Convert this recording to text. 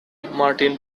martin